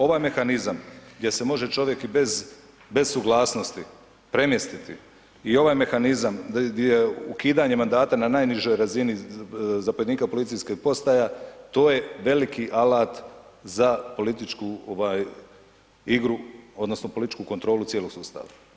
Ovaj mehanizam gdje se može čovjek i bez, bez suglasnosti premjestiti i ovaj mehanizam di je ukidanje mandata na najnižoj razini za zapovjednika policijskih postaja, to je veliki alat za političku igru odnosno političku kontrolu cijelog sustava.